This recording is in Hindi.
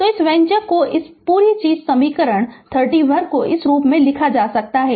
तो इस व्यंजक को इस पूरी चीज़ के समीकरण 31 को इस रूप में लिखा जा सकता है